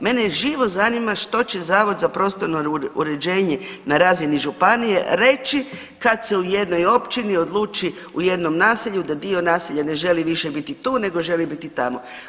Mene živo zanima što će zavod za prostorno uređenje na razini županije reći kad se u jednoj općini odluči u jednom naselju da dio naselja ne želi više biti tu nego želi biti tamo.